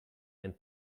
einen